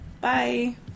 Bye